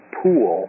pool